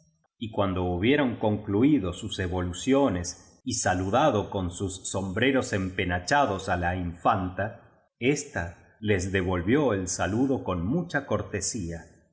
y cuando hubieron concluido sus evoluciones y sa ludado con sus sombreros empenachados á la infanta ésta les devolvió el saludo con mucha cortesía é